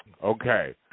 Okay